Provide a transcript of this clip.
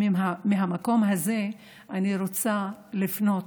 מהמקום הזה אני רוצה לפנות